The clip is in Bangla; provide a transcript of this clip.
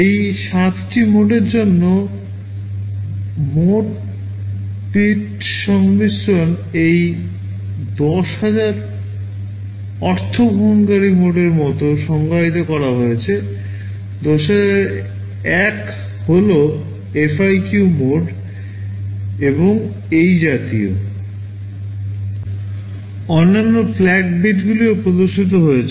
এই 7 টি মোডের জন্য মোড বিট সংমিশ্রণগুলি এই 10000 অর্থ ব্যবহারকারী মোডের মতো সংজ্ঞায়িত করা হয়েছে 10001 হল FIQ মোড এবং এই জাতীয় অন্যান্য FLAG বিটগুলিও প্রদর্শিত হয়েছে